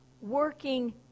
Working